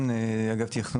עדכון